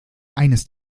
eines